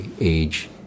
age